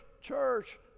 church